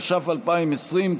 התש"ף 2020,